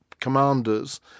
commanders